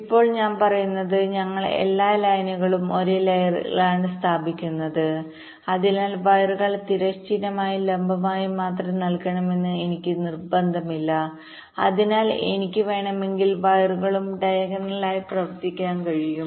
ഇപ്പോൾ ഞാൻ പറയുന്നത് ഞങ്ങൾ എല്ലാ ലയനുകളും ഒരേ ലെയറിലാണ് സ്ഥാപിക്കുന്നത് അതിനാൽ വയറുകൾ തിരശ്ചീനമായും ലംബമായും മാത്രം നിൽക്കണമെന്ന് എനിക്ക് നിർബന്ധമില്ല അതിനാൽ എനിക്ക് വേണമെങ്കിൽ വയറുകളും ഡയഗണലായി പ്രവർത്തിപ്പിക്കാൻ കഴിയും